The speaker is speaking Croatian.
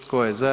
Tko je za?